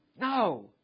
No